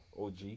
OG